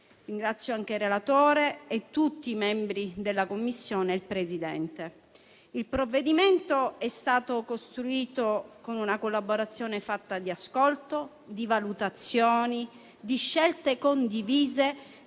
Occhiuto, il relatore e tutti i membri della Commissione, a cominciare dal Presidente. Il provvedimento è stato costruito con una collaborazione fatta di ascolto, valutazioni e scelte condivise